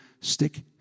stick